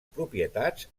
propietats